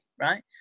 right